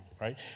right